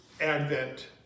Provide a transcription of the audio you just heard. advent